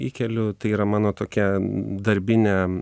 įkeliu tai yra mano tokia darbinė